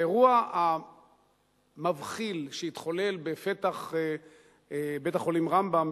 האירוע המבחיל שהתחולל בפתח בית-החולים "רמב"ם"